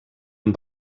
amb